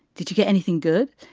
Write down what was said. did you get anything good?